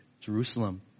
Jerusalem